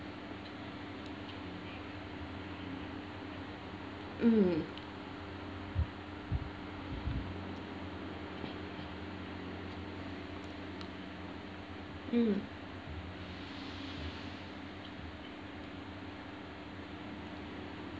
mm mm